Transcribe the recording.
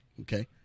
Okay